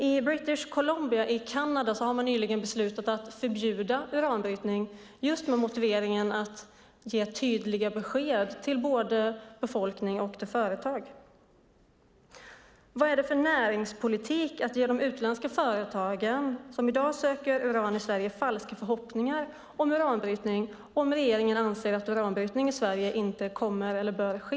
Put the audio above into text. I British Columbia i Kanada har man nyligen beslutat att förbjuda uranbrytning med motiveringen att man vill ge tydliga besked till både befolkning och företag. Vad är det för näringspolitik att ge de utländska företag som i dag söker uran i Sverige falska förhoppningar om uranbrytning om regeringen anser att uranbrytning i Sverige inte kommer att eller bör ske?